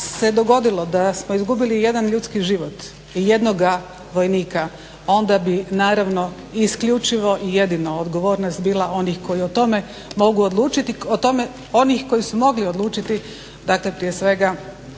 da se dogodilo da smo izgubili jedan ljudski život i jednoga vojnika onda bi naravno isključivo jedino odgovornost bila onih koji o tome mogu odlučiti, oni koji su